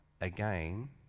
Again